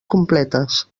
completes